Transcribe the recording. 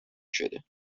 شده